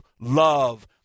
love